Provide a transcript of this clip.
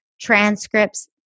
transcripts